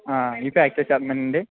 ఇయి ప్యాక్ చేసేస్తున్నానండి